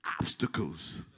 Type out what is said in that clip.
obstacles